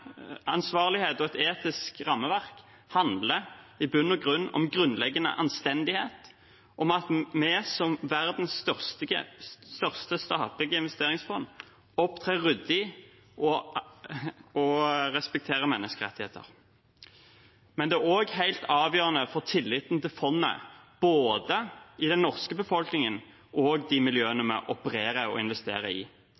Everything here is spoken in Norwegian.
i bunn og grunn om grunnleggende anstendighet, om at vi som verdens største statlige investeringsfond opptrer ryddig og respekterer menneskerettigheter, men det er også helt avgjørende for tilliten til fondet både i den norske befolkningen og de miljøene